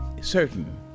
certain